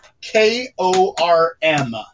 K-O-R-M